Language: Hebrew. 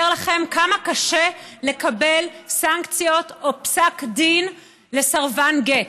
לכם כמה קשה לקבל סנקציות או פסק דין לסרבן גט.